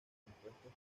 compuestos